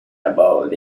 about